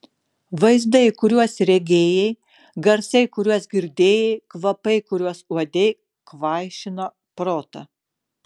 vaizdai kuriuos regėjai garsai kuriuos girdėjai kvapai kuriuos uodei kvaišino protą